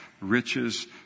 Riches